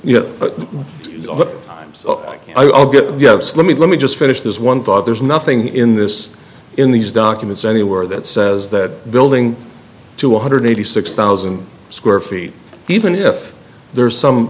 what i'll get gets let me let me just finish this one thought there's nothing in this in these documents anywhere that says that building to one hundred eighty six thousand square feet even if there's some